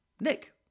Nick